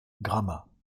gramat